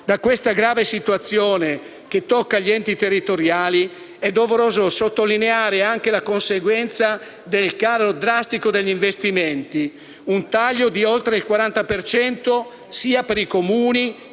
di questa grave situazione che tocca gli enti territoriali è doveroso sottolineare anche la conseguenza del calo drastico degli investimenti, con un taglio di oltre il 40 per cento,